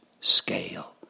scale